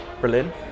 Berlin